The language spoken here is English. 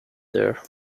there